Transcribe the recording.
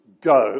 Go